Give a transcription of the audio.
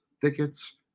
thickets